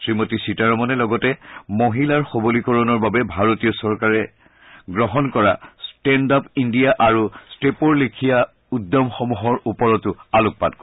শ্ৰীমতী সীতাৰমনে লগতে মহিলাৰ সবলীকৰণৰ বাবে ভাৰতীয় চৰকাৰে গ্ৰহণ কৰা ষ্টেণ্ড আপ ইণ্ডিয়া আৰু ষ্টেপৰ লেখীয়া উদ্যমসমূহৰ ওপৰতো আলোকপাত কৰে